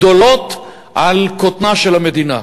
גדולים על קוטנה של המדינה.